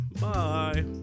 Bye